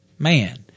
man